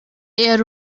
yari